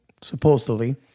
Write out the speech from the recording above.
supposedly